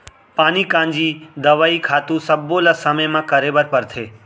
पानी कांजी, दवई, खातू सब्बो ल समे म करे बर परथे